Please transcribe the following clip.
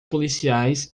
policiais